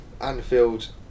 Anfield